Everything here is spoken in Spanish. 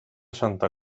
santa